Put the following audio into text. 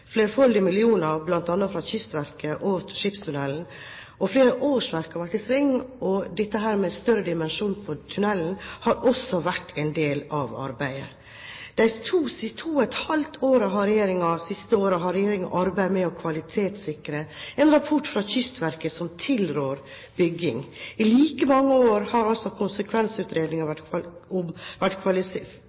flerfoldige millioner bl.a. fra Kystverket og Stad Skipstunnel AS. Flere årsverk har vært i sving, og dette med større dimensjon på tunnelen har også vært en del av arbeidet. De siste to og et halvt årene har regjeringen arbeidet med å kvalitetssikre en rapport fra Kystverket som tilrår bygging. I like mange år har konsekvensutredningen vært kvalitetssikret hos eksterne konsulenter. Den 12. mai gir regjeringen beskjed om